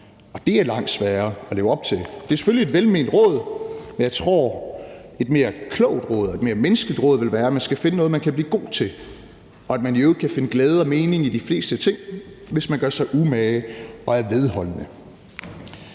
og det er langt sværere at leve op til. Det er selvfølgelig et velment råd, men jeg tror, et mere klogt råd og et mere menneskeligt råd vil være, at man skal finde noget, man kan blive god til, og at man i øvrigt kan finde glæde og mening i de fleste ting, hvis man gør sig umage og er vedholdende.